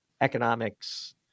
Economics